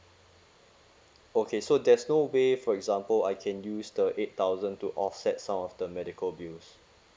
okay so there's no way for example I can use the eight thousand to offset some of the medical bills